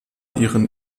ihren